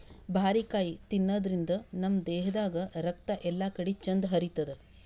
ಬಾರಿಕಾಯಿ ತಿನಾದ್ರಿನ್ದ ನಮ್ ದೇಹದಾಗ್ ರಕ್ತ ಎಲ್ಲಾಕಡಿ ಚಂದ್ ಹರಿತದ್